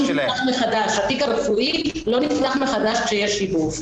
התיק הרפואי לא נפתח מחדש כשיש שיבוב.